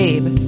Babe